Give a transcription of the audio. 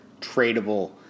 tradable